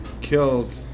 killed